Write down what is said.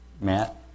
Matt